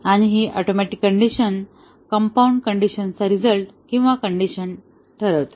आणि ही atomic condition compound कंडिशनचा रिझल्ट किंवा कण्डिशन ठरवेल